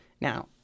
Now